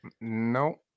No